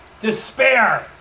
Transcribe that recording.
despair